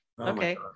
Okay